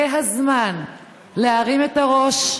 זה הזמן להרים את הראש,